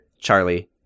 Charlie